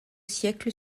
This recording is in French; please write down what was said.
siècle